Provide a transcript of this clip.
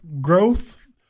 growth